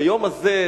ביום הזה,